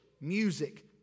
music